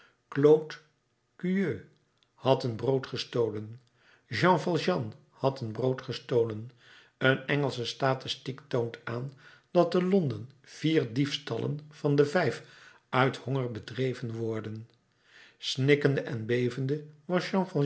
claude queux had een brood gestolen jean valjean had een brood gestolen een engelsche statistiek toont aan dat te londen vier diefstallen van de vijf uit honger bedreven worden snikkende en bevende was